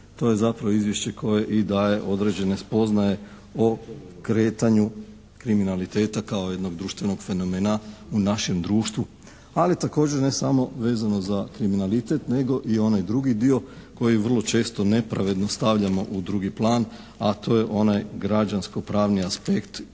to je zapravo Izvješće koje i daje određene spoznaje o kretanju kriminaliteta kao jednog društvenog fenomena u našem društvu, ali također ne samo vezano za kriminalitet nego i onaj drugi dio koji vrlo često nepravedno stavljamo u drugi plan, a to je onaj građansko-pravni aspekt, to